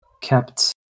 kept